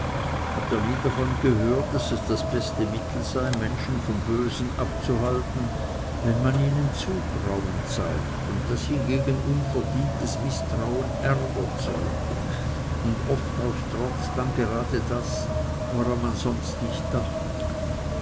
habt ihr nie davon gehört daß es das beste mittel sei menschen vom bösen abzuhalten wenn man ihnen zutrauen zeigt und daß hingegen unverdientes mißtrauen ärger zeugt und oft aus trotz dann gerade das woran man sonst nicht dachte